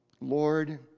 Lord